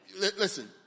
Listen